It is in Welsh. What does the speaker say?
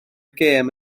gêm